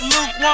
Luke